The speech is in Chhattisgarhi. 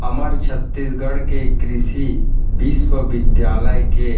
हमर छत्तीसगढ़ के कृषि बिस्वबिद्यालय के